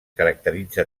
caracteritza